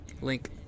link